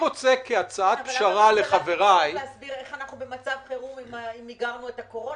--- צריך להסביר איך אנחנו במצב חירום אם מיגרנו את הקורונה.